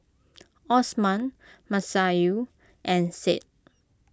Osman Masayu and Said